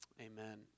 Amen